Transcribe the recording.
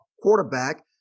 quarterback